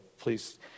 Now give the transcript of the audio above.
please